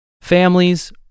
Families